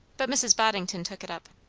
but mrs. boddington took it up.